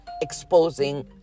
exposing